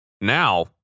Now